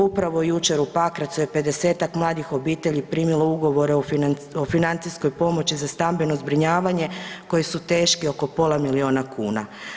Upravo jučer u Pakracu je 50-tak mladih obitelji primilo ugovore o financijskoj pomoći za stambeno zbrinjavanje koji su teški oko pola milijuna kuna.